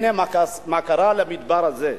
הנה מה קרה למדבר הזה: